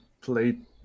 played